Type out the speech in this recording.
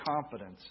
confidence